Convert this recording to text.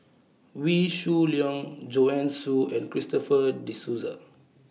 Wee Shoo Leong Joanne Soo and Christopher De Souza